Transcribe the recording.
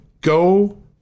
Go